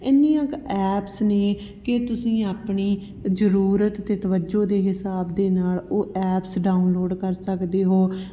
ਇੰਨੀਆਂ ਕੁ ਐਪਸ ਨੇ ਕਿ ਤੁਸੀਂ ਆਪਣੀ ਜ਼ਰੂਰਤ ਅਤੇ ਤਵੱਜੋ ਦੇ ਹਿਸਾਬ ਦੇ ਨਾਲ ਉਹ ਐਪਸ ਡਾਊਨਲੋਡ ਕਰ ਸਕਦੇ ਹੋ